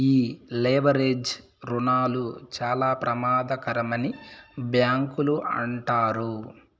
ఈ లెవరేజ్ రుణాలు చాలా ప్రమాదకరమని బ్యాంకులు అంటారు